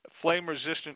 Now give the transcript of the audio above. flame-resistant